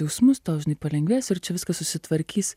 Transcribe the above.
jausmus tau žinai palengvės ir čia viskas susitvarkys